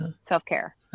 self-care